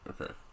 Okay